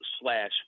slash